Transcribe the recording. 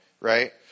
Right